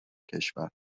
کشور